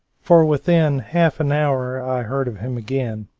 for within half an hour i heard of him again.